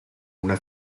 una